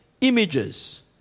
images